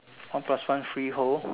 one plus one free hole